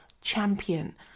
champion